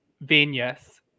Venus